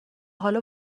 حالا